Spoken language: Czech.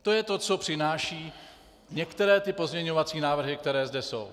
To je to, co přinášejí některé pozměňovací návrhy, které zde jsou.